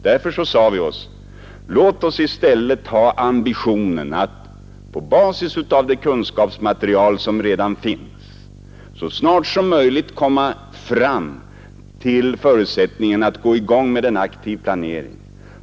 Därför sade vi oss: Låt oss i stället ha ambitionen att på basis av det kunskapsmaterial som redan finns så snart som möjligt komma fram till förutsättningen att få i gång en aktiv planering.